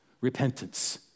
Repentance